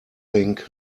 think